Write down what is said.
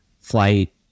flight